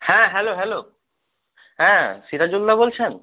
হ্যাঁ hello hello হ্যাঁ সিরাজুলদা বলছেন